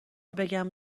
بگم